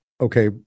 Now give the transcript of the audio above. okay